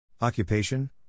Occupation